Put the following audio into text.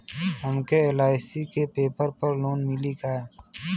हमके एल.आई.सी के पेपर पर लोन मिली का?